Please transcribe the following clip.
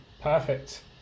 perfect